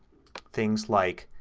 things like